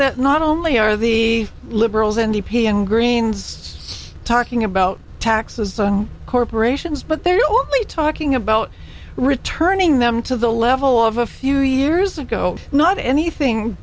that not only are the liberals in the pm greens talking about taxes corporations but they're talking about returning them to the level of a few years ago not anything